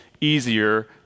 easier